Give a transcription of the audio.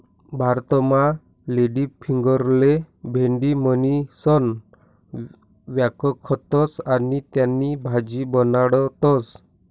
भारतमा लेडीफिंगरले भेंडी म्हणीसण व्यकखतस आणि त्यानी भाजी बनाडतस